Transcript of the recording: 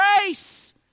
grace